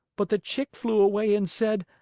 but the chick flew away and said,